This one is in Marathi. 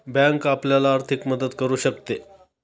बँक आपल्याला आर्थिक मदत करू शकते